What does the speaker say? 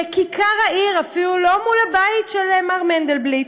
בכיכר העיר, אפילו לא מול הבית של מר מנדלבליט.